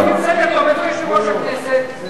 קובעים סדר-יום, איפה יושב-ראש הכנסת?